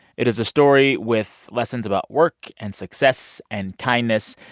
it is a story with lessons about work and success and kindness.